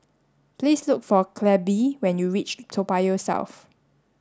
please look for Clabe when you reach Toa Payoh South